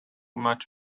much